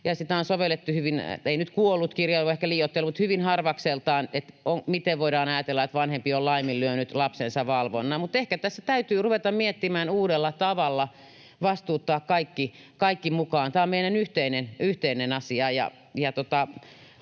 sitä on sovellettu hyvin harvakseltaan, eli miten voidaan ajatella, että vanhempi on laiminlyönyt lapsensa valvonnan. Mutta ehkä tässä täytyy ruveta miettimään uudella tavalla, vastuuttaa kaikki mukaan. Tämä on meidän yhteinen asia.